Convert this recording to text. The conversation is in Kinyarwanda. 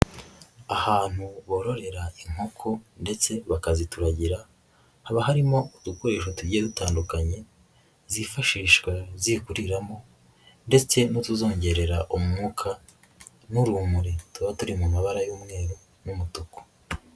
Ahantu bororera inkoko ndetse bakazituragira, haba harimo udukoresho tugiye dutandukanye zifashishwa zirikuriramo ndetse no kuzongerera umwuka n'urumuri, tuba turi mu mabara y'umweru n'umutuku.